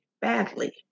badly